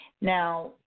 now